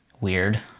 Weird